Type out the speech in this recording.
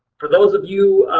for those of you